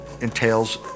entails